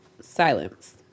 Silence